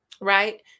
Right